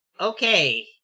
Okay